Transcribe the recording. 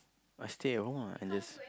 I stay at home ah and just